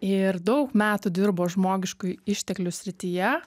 ir daug metų dirbo žmogiškųjų išteklių srityje